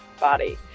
body